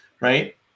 right